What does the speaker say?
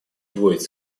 удвоить